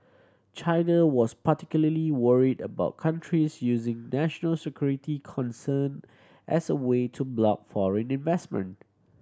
China was particularly worried about countries using national security concern as a way to block foreign investment